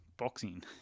Boxing